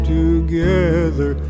together